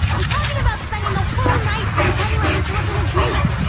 i'm talking about spending the whole night pretending like this wasn't a date!